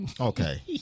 Okay